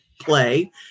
play